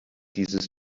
dieses